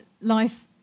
life